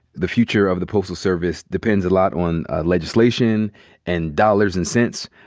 the future of the postal service depends a lot on legislation and dollars and cents.